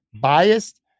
biased